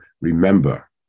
remember